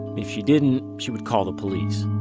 if she didn't, she would call the police.